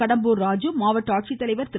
கடம்பூர் ராஜு மாவட்ட ஆட்சித்தலைவர் திரு